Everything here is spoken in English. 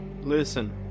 Listen